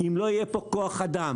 אם לא יהיה פה כוח אדם,